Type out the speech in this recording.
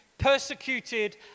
persecuted